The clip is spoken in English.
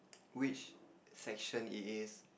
which section it is